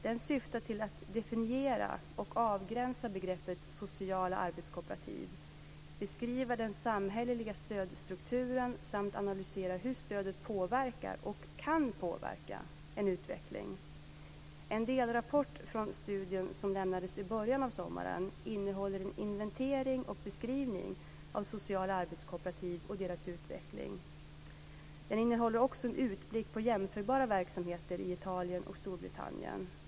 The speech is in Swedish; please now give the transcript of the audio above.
Den syftar till att definiera och avgränsa begreppet sociala arbetskooperativ, beskriva den samhälleliga stödstrukturen samt analysera hur stödet påverkar och kan påverka en utveckling. En delrapport från studien som lämnades i början av sommaren innehåller en inventering och beskrivning av sociala arbetskooperativ och deras utveckling. Den innehåller också en utblick på jämförbara verksamheter i Italien och Storbritannien.